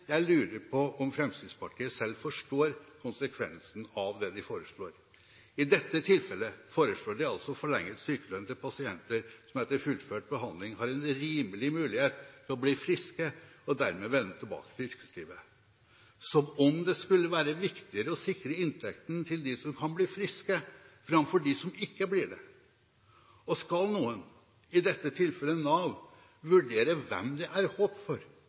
jeg lurer på om Fremskrittspartiet selv forstår konsekvensen av det de foreslår. I dette tilfellet foreslår de altså forlenget sykelønn til pasienter som etter fullført behandling har en rimelig mulighet til å bli friske og dermed vende tilbake til yrkeslivet – som om det skulle være viktigere å sikre inntekten til dem som kan bli friske, framfor dem som ikke blir det. Og skal noen – i dette tilfellet Nav – vurdere hvem det er håp for,